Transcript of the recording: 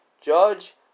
Judge